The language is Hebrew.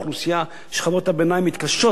שכבות הביניים מתקשות לגמור את החודש,